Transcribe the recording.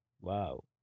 Wow